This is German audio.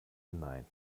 hinein